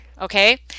Okay